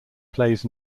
plays